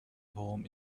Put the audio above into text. home